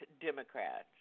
Democrats